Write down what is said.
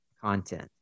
content